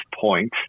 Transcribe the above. point